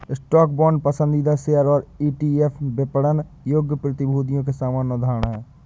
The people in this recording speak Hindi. स्टॉक, बांड, पसंदीदा शेयर और ईटीएफ विपणन योग्य प्रतिभूतियों के सामान्य उदाहरण हैं